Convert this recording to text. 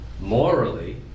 morally